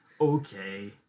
Okay